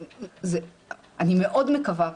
אני מאוד מקווה,